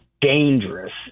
dangerous